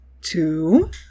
two